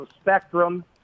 Spectrum